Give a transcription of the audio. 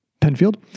Penfield